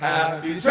Happy